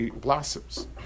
blossoms